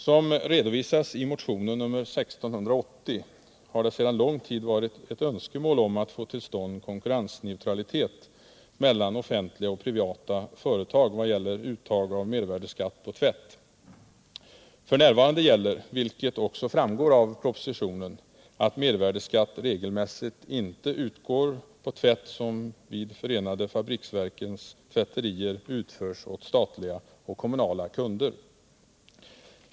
Som redovisas i motionen nr 1680 har det sedan lång tid varit ett önskemål att få till stånd konkurrensneutralitet mellan offentliga och privata företag vad gäller uttag av mervärdeskatt på tvätt. F.n. gäller — vilket också framgår av propositionen — att mervärdeskatt regelmässigt inte utgår på tvätt som förenade fabriksverkens tvätterier utför åt statliga och kommunala kunder.